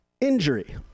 Injury